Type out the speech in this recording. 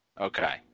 Okay